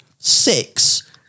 six